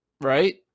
right